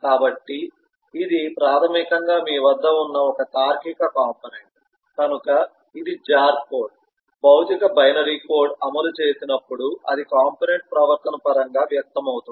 కాబట్టి ఇది ప్రాథమికంగా మీ వద్ద ఉన్న ఒక తార్కిక కాంపోనెంట్ కనుక ఇది జార్ కోడ్ భౌతిక బైనరీ కోడ్ అమలు చేసినప్పుడు అది కాంపోనెంట్ ప్రవర్తన పరంగా వ్యక్తమవుతుంది